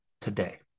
today